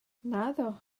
naddo